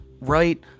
right